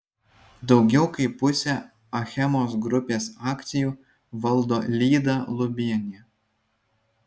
daugiau kaip pusę achemos grupės akcijų valdo lyda lubienė